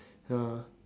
ya